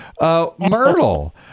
Myrtle